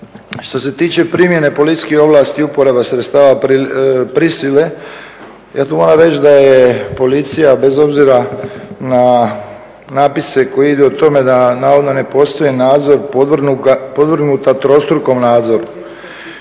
Što se tiče primjene policijskih ovlasti i uporaba sredstava prisile, ja tu moram reći da je policija bez obzira na natpise koji idu o tome, da navodno ne postoji nadzor, podvrgnuta trostrukom nadzoru.